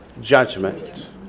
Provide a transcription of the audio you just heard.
Judgment